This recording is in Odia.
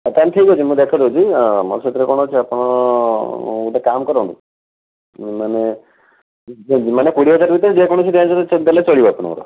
ଆ ତା' ହେଲେ ଠିକ୍ ଅଛି ମୁଁ ଦେଖାଇ ଦେଉଛି ଆମର ସେଥିରେ କ'ଣ ଅଛି ଆପଣ ଗୋଟେ କାମ କରନ୍ତୁ ମାନେ ମାନେ କୋଡ଼ିଏ ହଜାର ଭିତରେ ଯେ କୌଣସି ରେଞ୍ଜ୍ରେ ଦେଲେ ଚଳିବ ଆପଣଙ୍କର